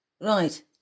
Right